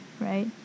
right